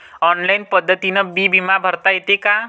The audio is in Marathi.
ऑनलाईन पद्धतीनं बी बिमा भरता येते का?